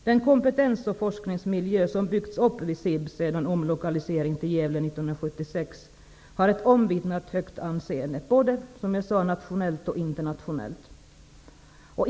Den kompetens och den forskningsmiljö som har byggts upp vid SIB sedan omlokaliseringen till Gävle 1976 har ett omvittnat högt anseende, både nationellt och internationellt.